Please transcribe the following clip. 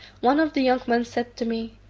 one of the young men said to me,